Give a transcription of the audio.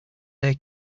their